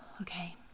Okay